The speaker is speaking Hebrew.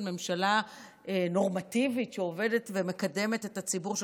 ממשלה נורמטיבית שעובדת ומקדמת את הציבור,